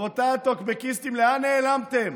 רבותיי הטוקבקיסטים, לאן נעלמתם?